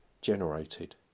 generated